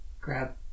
grab